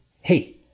Hey